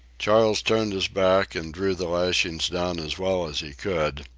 charles turned his back and drew the lashings down as well as he could,